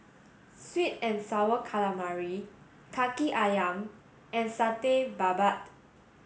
sweet and sour calamari Kaki Ayam and Satay Babat